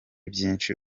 byinshi